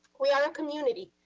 we are a community.